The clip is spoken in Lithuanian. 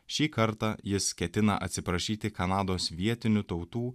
šį kartą jis ketina atsiprašyti kanados vietinių tautų